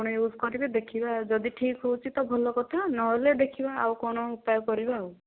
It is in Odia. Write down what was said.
ଆପଣ ୟୁଜ କରିବେ ଦେଖିବା ଯଦି ଠିକ୍ ହେଉଛି ତ ଭଲ କଥା ନହେଲେ ଦେଖିବା ଆଉ କଣ ଉପାୟ କରିବା ଆଉ